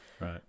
Right